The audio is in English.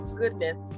goodness